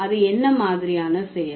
அது என்ன மாதிரியான செயல்